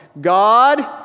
God